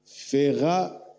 fera